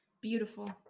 beautiful